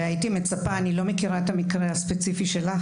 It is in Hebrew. אני לא מכירה את המקרה הספציפי שלך,